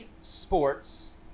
Sports